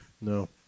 No